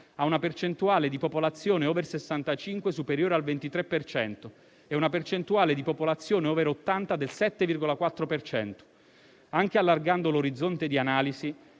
una percentuale di popolazione *over* 65 superiore al 23 per cento e una percentuale di popolazione *over* 80 del 7,4 per cento. Anche allargando l'orizzonte di analisi,